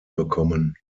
bekommen